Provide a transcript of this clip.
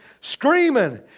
screaming